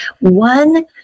One